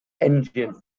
engine